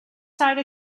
side